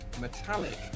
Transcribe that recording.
metallic